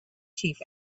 chief